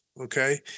Okay